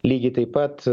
lygiai taip pat